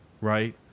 right